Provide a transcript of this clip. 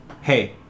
Hey